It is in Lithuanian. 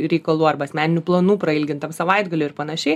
reikalų arba asmeninių planų prailgintam savaitgaliui ir panašiai